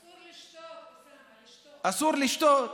אסור לשתות, אוסאמה, לשתות,